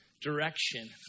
direction